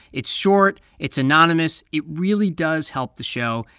it's short. it's anonymous. it really does help the show.